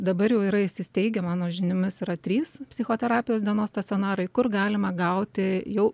dabar jau yra įsisteigę mano žiniomis yra trys psichoterapijos dienos stacionarai kur galima gauti jau